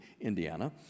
Indiana